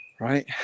right